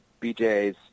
BJs